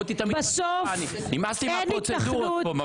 כי המהות היא תמיד --- נמאס לי מהפרוצדורות פה,